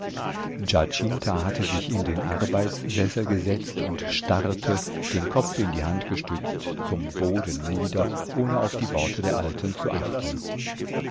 hatte sich in den arbeitssessel gesetzt und starrte den kopf in die hand gestützt zum boden nieder ohne auf die worte der alten zu achten